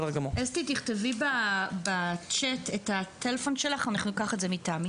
אסתי תכתבי בצ'ט את הטלפון שלך, ניקח את זה מתמי